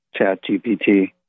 ChatGPT